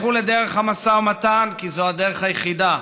לכו לדרך המשא ומתן, כי זו הדרך היחידה,